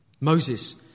Moses